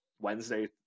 Wednesday